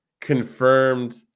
confirmed